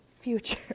future